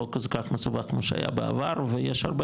לא כל כך מסובך כמו שהיה בעבר ויש הרבה